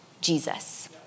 Jesus